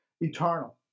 eternal